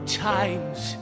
times